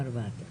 ארבעת אלפים.